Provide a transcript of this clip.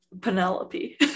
Penelope